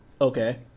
Okay